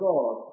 God